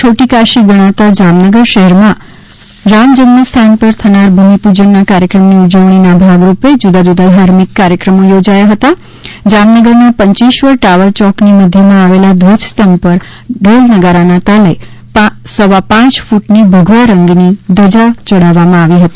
છોટીકાશી ગણાતા જામનગર શહેરમાં પણ રામ જન્મ સ્થાન પર થનાર ભૂમિપૂજન ના કાર્યક્રમની ઉજવણી ના ભાગરૂપે જુદા જુદા ધાર્મિક કાર્યક્રમો યોજાયા હતા જામનગરના પંચેશ્વર ટાવર ચોકની મધ્યમાં આવેલા ધ્વજ સ્તંભ પર ઢોલ નગારાના તાલે વાજતે ગાજતે સવા પાંચ કૂટની ભગવા ધજા ચડાવવામાં આવી હતી